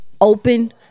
Open